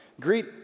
Greet